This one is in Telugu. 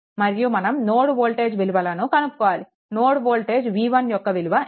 మరియు మనం నోడ్ వోల్టేజ్ విలువలను కనుక్కోవాలి నోడ్ వోల్టేజ్ V1 యొక్క విలువ ఎంత